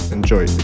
Enjoy